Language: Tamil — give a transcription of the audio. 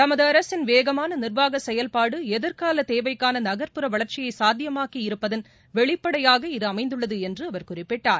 தமது அரசின் வேகமான நிர்வாக செயல்பாடு எதிர்கால தேவைக்கான நகர்புற வளர்ச்சியை சாத்தியமாக்கி இருப்பதன் வெளிப்பாடாக இது அமைந்துள்ளது என்று அவர் குறிப்பிட்டார்